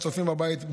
הצופים בבית,